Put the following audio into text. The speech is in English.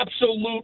absolute